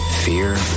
Fear